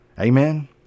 Amen